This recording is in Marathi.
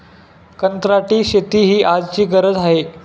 कंत्राटी शेती ही आजची गरज आहे